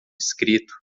escrito